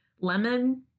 lemon